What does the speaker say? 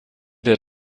der